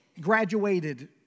Graduated